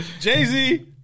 Jay-Z